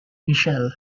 michele